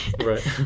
Right